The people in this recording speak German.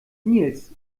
nils